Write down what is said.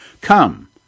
come